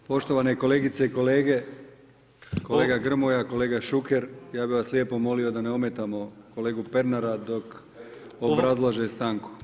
Poštovane kolegice i kolege, kolega Grmoja, kolega Šuker, ja bih vas lijepo molio da ne ometamo kolegu Pernara dok obrazlaže stanku.